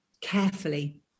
carefully